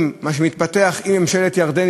עם מה שמתפתח עם ממשלת ירדן,